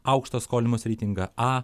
aukštą skolinimosi reitingą a